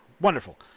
wonderful